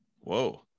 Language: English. Whoa